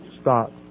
stop